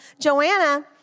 Joanna